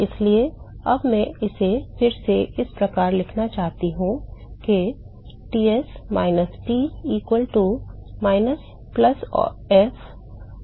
इसलिए अब मैं इसे फिर से इस प्रकार लिखना चाहता हूं के Ts minus T equal to minus plus f of x into g of r होगा